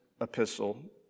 epistle